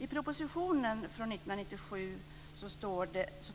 I propositionen från 1997